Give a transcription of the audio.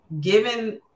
given